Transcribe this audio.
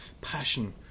passion